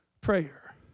prayer